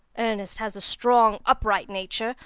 ernest has a strong upright nature.